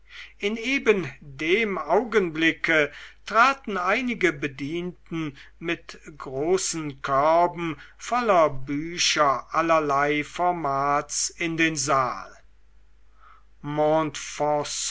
in eben dem augenblicke traten einige bedienten mit großen körben voll bücher allerlei formats in den saal